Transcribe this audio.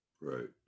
Right